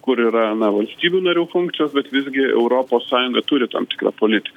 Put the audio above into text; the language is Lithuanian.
kur yra na valstybių narių funkcijos bet visgi europos sąjunga turi tam tikrą politiką